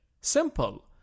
Simple